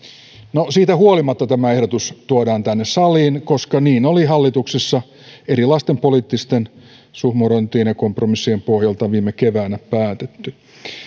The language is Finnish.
siitä huolimatta tämä ehdotus tuodaan tänne saliin koska niin oli hallituksessa erilaisten poliittisten suhmurointien ja kompromissien pohjalta viime keväänä päätetty